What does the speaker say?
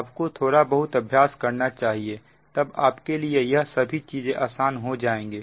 आपको थोड़ा बहुत अभ्यास करना चाहिए तब आपके लिए यह सभी चीजें आसान हो जाएंगे